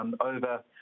over